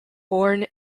born